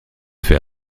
fait